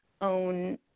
own